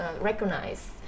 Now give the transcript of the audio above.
recognize